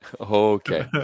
Okay